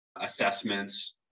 assessments